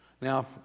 Now